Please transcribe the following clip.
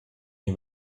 nie